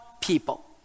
people